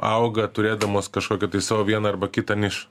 auga turėdamos kažkokią savo vieną arba kitą nišą